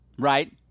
Right